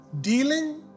Dealing